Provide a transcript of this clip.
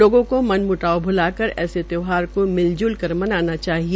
लोगों को मन मुटाव भुलाकर ऐसे त्यौहार को मिलजुल कर मनाना चाहिए